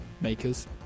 makers